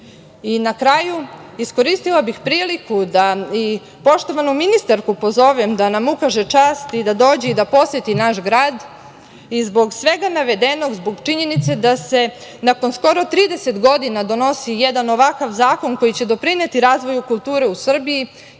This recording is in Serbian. kraju iskoristila bih priliku da i poštovanu ministarku pozovem da nam ukaže čast i da dođe i da poseti naš grad. Zbog svega navedenog, zbog činjenice da se nakon skoro 30 godina donosi jedan ovakav zakon koji će doprineti razvoju kulture u Srbiji,